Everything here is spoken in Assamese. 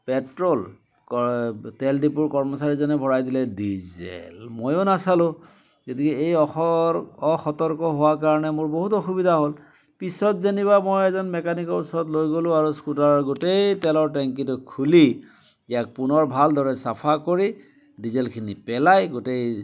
পেট্ৰল তেল ডিপোৰ কৰ্মচাৰীজনে ভৰাই দিলে ডিজেল ময়ো নাচালো এই অসৰ অসতৰ্ক হোৱাৰ কাৰণে মোৰ বহুত অসুবিধা হ'ল পিছত যেনিবা মই এজন মেকানিকৰ ওচৰত লৈ গ'লো আৰু স্কুটাৰৰ গোটেই তেলৰ টেংকিটো খুলি ইয়াক পুনৰ ভালদৰে চাফা কৰি ডিজেলখিনি পেলাই গোটেই